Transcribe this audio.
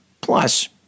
Plus